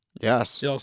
Yes